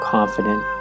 Confident